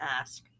ask